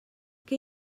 què